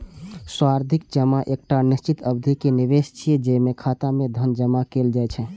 सावधि जमा एकटा निश्चित अवधि के निवेश छियै, जेमे खाता मे धन जमा कैल जाइ छै